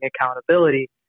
accountability